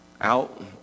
out